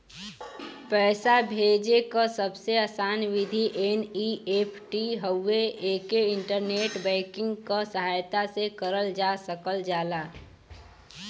पैसा भेजे क सबसे आसान विधि एन.ई.एफ.टी हउवे एके इंटरनेट बैंकिंग क सहायता से करल जा सकल जाला